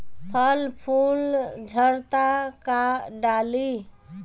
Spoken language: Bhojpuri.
फल फूल झड़ता का डाली?